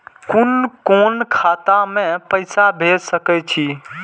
कुन कोण खाता में पैसा भेज सके छी?